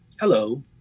hello